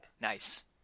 Nice